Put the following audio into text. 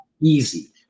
easy